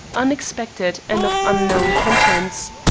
unexpected and of unknown contents.